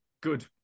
good